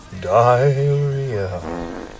diarrhea